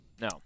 no